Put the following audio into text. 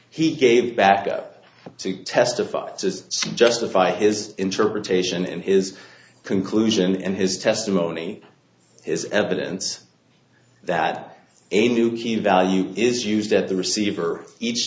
he gave back to testify just justify his interpretation and his conclusion and his testimony is evidence that a new key value is used at the receiver each